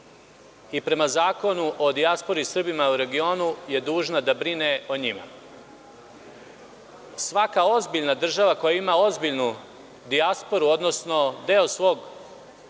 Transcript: i prema Zakonu o dijaspori sa Srbima u regionu je dužna da brine o njima. Svaka ozbiljna država koja ima ozbiljnu dijasporu, odnosno deo svog